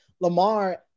Lamar